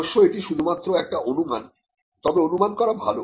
অবশ্য এটি শুধুমাত্র একটি অনুমান তবে অনুমান করা ভাল